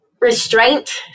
Restraint